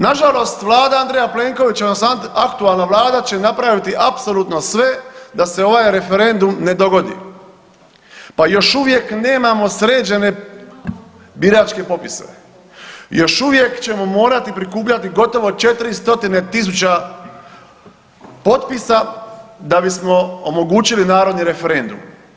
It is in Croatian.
Nažalost vlada Andreja Plenkovića, sad aktualna vlada će napraviti apsolutno sve da se ovaj referendum dogodi, pa još uvijek nemamo sređene biračke popise, još uvijek ćemo morati prikupljati gotovo 400.000 potpisa da bismo omogućili narodni referendum.